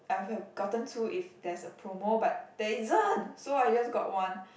I would have gotten two if there's a promo but there isn't so I just got one